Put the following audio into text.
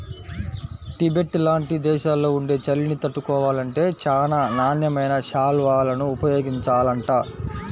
Tibet లాంటి దేశాల్లో ఉండే చలిని తట్టుకోవాలంటే చానా నాణ్యమైన శాల్వాలను ఉపయోగించాలంట